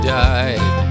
died